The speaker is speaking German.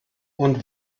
und